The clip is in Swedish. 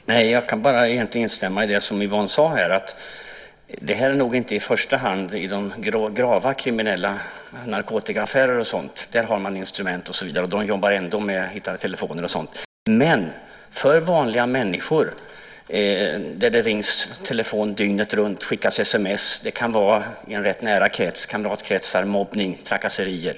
Fru talman! Jag kan bara instämma i det som Yvonne sade; detta gäller nog inte i första hand de grava kriminella narkotikaaffärerna. Där har man instrument, och där jobbar man ändå med att hitta telefoner. Det här gäller i stället vanliga människor där det rings i telefon dygnet runt och skickas sms. Det kan vara i en rätt nära krets, i kamratkretsar, och det kan gälla mobbning och trakasserier.